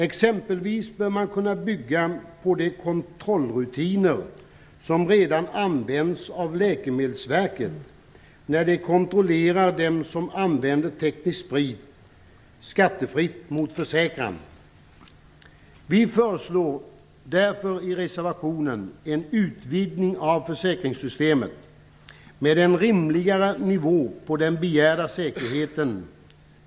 Exempelvis skulle man kunna bygga på de kontrollrutiner som redan används av Läkemedelsverket när det kontrollerar dem som använder teknisk sprit skattefritt mot försäkran. Vi föreslår därför i reservationen en utvidgning av försäkringssystemet med en rimligare nivå på den begärda säkerheten.